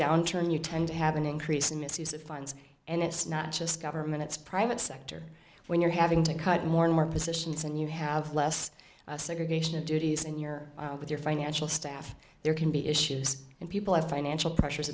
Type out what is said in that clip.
downturn you tend to have an increase in misuse of funds and it's not just government it's private sector when you're having to cut more and more positions and you have less segregation of duties and you're with your financial staff there can be issues and people have financial pressures